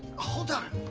hold on!